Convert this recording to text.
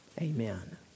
Amen